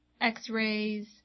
x-rays